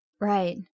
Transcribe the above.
Right